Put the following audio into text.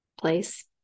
place